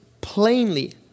plainly